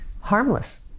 harmless